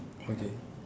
okay